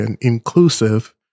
inclusive